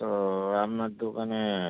তো আপনার দোকানে